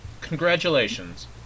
Congratulations